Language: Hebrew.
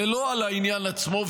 ולא על העניין עצמו.